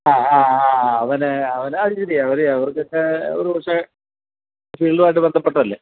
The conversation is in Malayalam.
ആ ആ ആ ആ ആ പിന്നെ പിന്നെ അത് ശരിയാണ് ഇവരെ ഇവർകൊക്കെ ഒരു പക്ഷെ ഫീൽഡുമായിട്ട് ബന്ധപെട്ടതല്ലേ